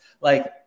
Like-